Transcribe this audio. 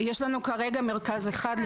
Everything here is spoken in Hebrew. יש לנו כרגע מרכז אחד.